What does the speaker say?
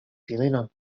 filinon